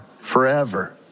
forever